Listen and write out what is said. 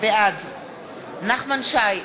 בעד נחמן שי,